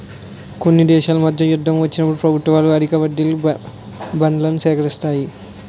కొన్ని దేశాల మధ్య యుద్ధం వచ్చినప్పుడు ప్రభుత్వాలు అధిక వడ్డీలకు బాండ్లను సేకరిస్తాయి